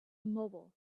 immobile